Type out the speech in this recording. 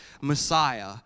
Messiah